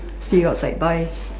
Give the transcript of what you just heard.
see you outside bye